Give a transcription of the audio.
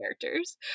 characters